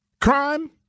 crime